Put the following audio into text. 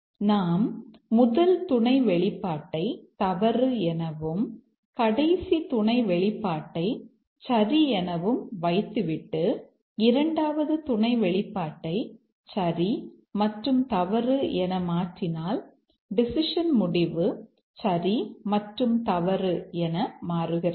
எனவே நாம் முதல் துணை வெளிப்பாட்டை தவறு எனவும் கடைசி துணை வெளிப்பாட்டை சரி எனவும் வைத்துவிட்டு இரண்டாவது துணை வெளிப்பாட்டை சரி மற்றும் தவறு என்ன மாற்றினால் டெசிஷன் முடிவு சரி மற்றும் தவறு என மாறுகிறது